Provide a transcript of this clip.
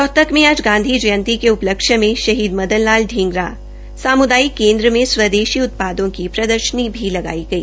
रोहतक में आज गांधी जयंती के उपलक्ष्य में शहीद मदन लाल शींगरा सामुदायिक केन्द्र में स्वदेशी उत्पादकों की प्रदर्शनी भी लगाई गई